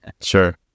Sure